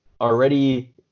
already